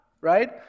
right